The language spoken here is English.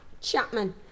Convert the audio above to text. Chapman